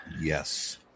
Yes